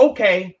Okay